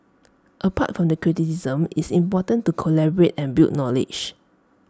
apart from the criticism IT is important to collaborate and build knowledge